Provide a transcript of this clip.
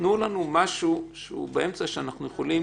תנו לנו משהו שהוא באמצע ואנחנו יכולים